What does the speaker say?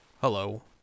hello